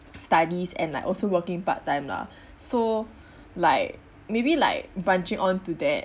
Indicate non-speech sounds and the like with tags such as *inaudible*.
studies and like also working part time lah *breath* so *breath* like maybe like bunching onto that um